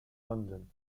london